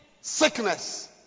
sickness